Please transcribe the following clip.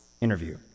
interview